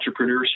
entrepreneurship